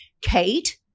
Kate